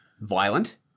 violent